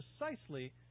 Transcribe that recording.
precisely